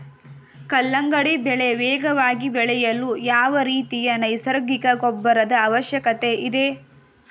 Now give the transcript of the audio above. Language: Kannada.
ಕಲ್ಲಂಗಡಿ ಬೆಳೆ ವೇಗವಾಗಿ ಬೆಳೆಯಲು ಯಾವ ರೀತಿಯ ನೈಸರ್ಗಿಕ ಗೊಬ್ಬರದ ಅವಶ್ಯಕತೆ ಇದೆ?